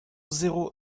zéro